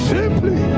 Simply